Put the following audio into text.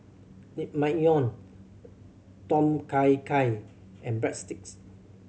Naengmyeon Tom Kha Gai and Breadsticks